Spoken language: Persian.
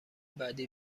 بعدی